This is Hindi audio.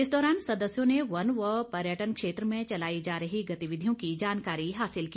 इस दौरान सदस्यों ने वन व पर्यटन क्षेत्र में चलाई जा रही गतिविधियों की जानकारी हासिल की